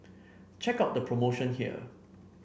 check out the promotion here